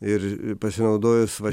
ir pasinaudojus va